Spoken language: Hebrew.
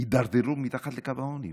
יידרדרו מתחת לקו העוני.